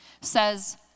says